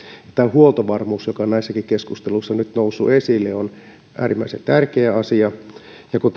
huoltovarmuus joka näissäkin keskusteluissa on nyt noussut esille on äärimmäisen tärkeä asia ja kun